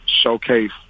showcase